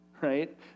right